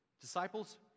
Disciples